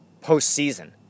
postseason